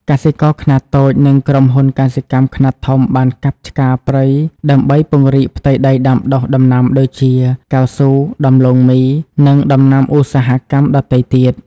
កសិករខ្នាតតូច និងក្រុមហ៊ុនកសិកម្មខ្នាតធំបានកាប់ឆ្ការព្រៃដើម្បីពង្រីកផ្ទៃដីដាំដុះដំណាំដូចជា កៅស៊ូ ដំឡូងមី និងដំណាំឧស្សាហកម្មដទៃទៀត។